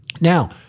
now